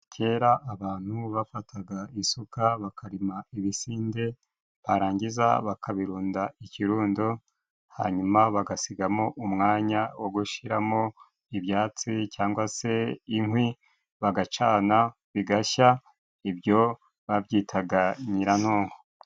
Kera abantu bafataga isuka bakarima ibisinde barangiza bakabirunda ikirundo, hanyuma bagasigamo umwanya wo gushyiramo ibyatsi cyangwa se inkwi bagacana bigashya ibyo babyitaga nyiranonko.